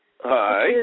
Hi